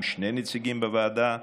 שני נציגים בוועדה,